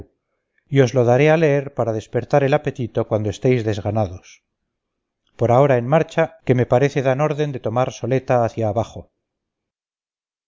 os lo daré a leer para despertar el apetito cuando estéis desganados por ahora en marcha que me parece dan orden de tomar soleta hacia abajo